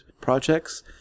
projects